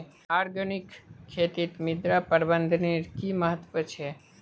organic खेतीत मृदा प्रबंधनेर कि महत्व छे